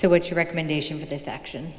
so what's your recommendation for this action